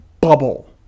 Bubble